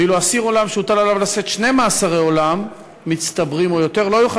ואסיר עולם שהוטל עליו לשאת שני מאסרי עולם מצטברים או יותר לא יוכל